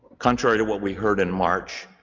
contrary to what we heard in march,